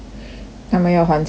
他们要还钱 ah 这样